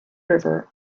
river